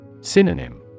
Synonym